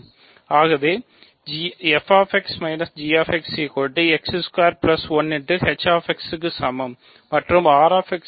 ஆகவே f 1 h